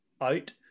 out